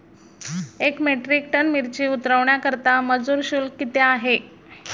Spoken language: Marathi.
एक मेट्रिक टन मिरची उतरवण्याकरता मजूर शुल्क किती आहे?